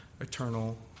eternal